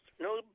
No